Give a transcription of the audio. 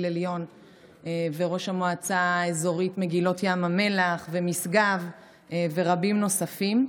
עליון וראש המועצה האזורית מגילות ים המלח ומשגב ורבים נוספים.